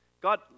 God